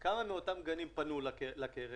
לגבי כמה מאותם גנים פנו לקרן,